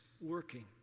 working